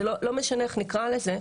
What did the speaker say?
לא משנה איך נקרא לזה,